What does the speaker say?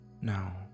Now